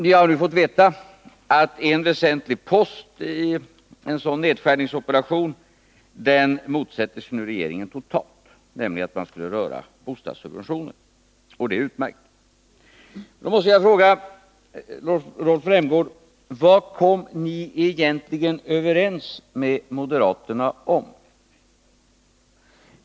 Vi har nu fått veta att regeringen totalt motsätter sig en väsentlig post i en sådan nedskärningsoperation, nämligen den att man skulle röra bostadssubventionerna. Det är utmärkt. Jag måste fråga Rolf Rämgård: Vad kom ni egentligen överens med moderaterna om?